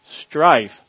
strife